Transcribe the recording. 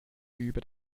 über